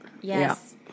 Yes